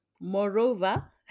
Moreover